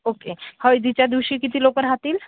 okay हळदीच्या दिवशी किती लोक राहतील